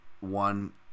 One